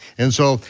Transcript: and so,